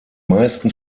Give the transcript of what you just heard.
meisten